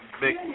big